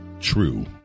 True